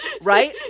right